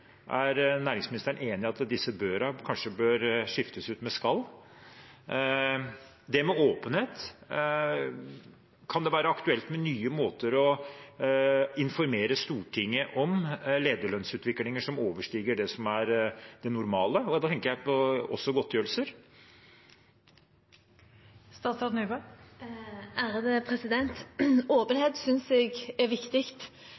skiftes ut med «skal»? Når det gjelder åpenhet: Kan det være aktuelt med nye måter å informere Stortinget på om lederlønnsutviklinger som overstiger det normale – og da tenker jeg også på godtgjørelser? Åpenhet om godtgjørelsene disse lederne får, synes jeg det er viktig